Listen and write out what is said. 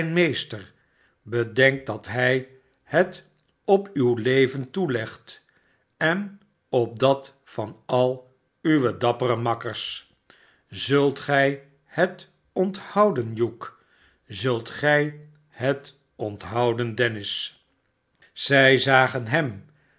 meester bedenk dat hij het op uw leven toelegt en op dat van al uwe dappere matters zult gij het onthouden hugh mtgi het onthouden dennis zij zagen hem